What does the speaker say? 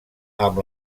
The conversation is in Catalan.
amb